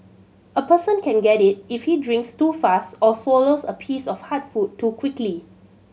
a person can get it if he drinks too fast or swallows a piece of hard food too quickly